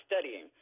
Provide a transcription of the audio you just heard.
studying